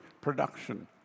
production